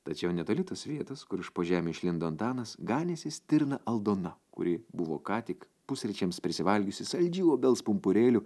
tačiau netoli tos vietos kur iš po žemių išlindo antanas ganėsi stirna aldona kuri buvo ką tik pusryčiams prisivalgiusi saldžių obels pumpurėlių